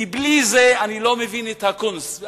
כי בלי זה אני לא מבין את הקונץ.